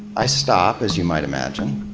i stop, as you might imagine,